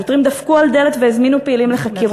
שוטרים דפקו על דלת והזמינו פעילים לחקירות,